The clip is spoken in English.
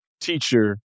teacher